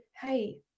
hey